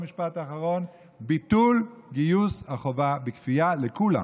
במשפט אחרון: ביטול גיוס החובה בכפייה לכולם.